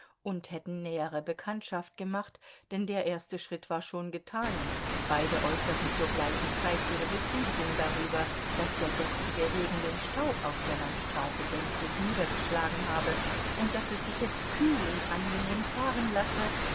und hätten nähere bekanntschaft gemacht denn der erste schritt war schon getan und beide äußerten zur gleichen zeit ihre befriedigung darüber daß der gestrige regen den staub auf der landstraße gänzlich niedergeschlagen habe und daß es sich jetzt kühl und angenehm fahren lasse